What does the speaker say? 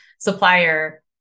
supplier